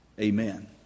amen